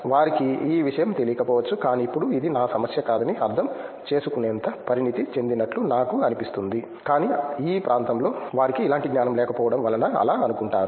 వారికి ఈ విషయం తెలియకపోవచ్చు కానీ ఇప్పుడు అది నా సమస్య కాదని అర్థం చేసుకునేంత పరిణతి చెందినట్లు నాకు అనిపిస్తుంది కానీ ఈ ప్రాంతంలో వారికి ఇలాంటి జ్ఞానం లేకపోవడం వలన అలా అనుకుంటారు